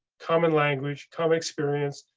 common language. common experience.